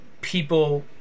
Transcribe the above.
people